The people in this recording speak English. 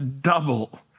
double